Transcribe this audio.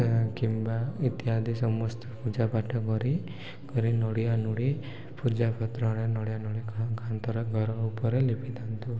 କିମ୍ବା ଇତ୍ୟାଦି ସମସ୍ତେ ପୂଜାପାଠ କରି ନଡ଼ିଆ ନୁଡ଼ି ପୂଜାପତ୍ରରେ ନଡ଼ିଆ ନଡ଼ି କାନ୍ଥର ଘର ଉପରେ ଲିପିଥାନ୍ତୁ